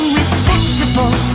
respectable